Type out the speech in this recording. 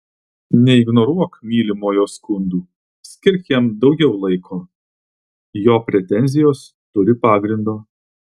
neignoruok mylimojo skundų skirk jam daugiau laiko jo pretenzijos turi pagrindo